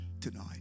tonight